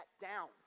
down